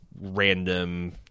random